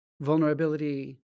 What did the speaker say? vulnerability